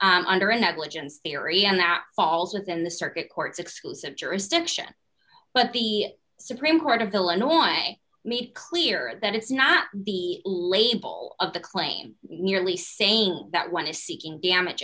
applicant's theory and that falls within the circuit courts exclusive jurisdiction but the supreme court of the illinois made clear that it's not the label of the claim nearly saying that one is seeking damage